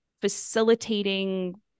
facilitating